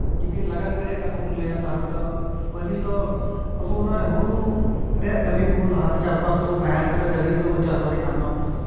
ᱡᱩᱫᱤ ᱞᱟᱜᱟᱱ ᱠᱟᱨᱤᱭᱟᱜ ᱠᱟᱛᱷᱟ ᱵᱚᱱ ᱞᱟᱹᱭᱟ ᱛᱟᱦᱚᱞᱮ ᱫᱚ ᱯᱟᱹᱦᱤᱞ ᱫᱚ ᱟᱵᱚ ᱱᱚᱣᱟ ᱦᱩᱲᱩ ᱨᱮᱭᱟᱜ ᱠᱟᱹᱢᱤ ᱠᱚ ᱞᱟᱦᱟ ᱫᱚ ᱪᱟᱥᱵᱟᱥ ᱠᱚ ᱱᱟᱦᱮᱞ ᱠᱚᱛᱮ ᱰᱟᱝᱨᱤ ᱠᱚᱛᱮ ᱵᱚᱱ ᱪᱟᱥᱵᱟᱥᱮᱫ ᱠᱟᱱ ᱛᱟᱦᱮᱱᱚᱜᱼᱟ